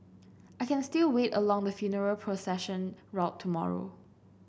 I can still wait along the funeral procession route tomorrow